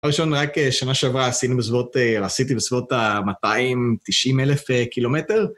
הראשון, רק שנה שעברה עשינו בסביבות, עשיתי בסביבות ה-290 אלף קילומטר.